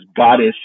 goddess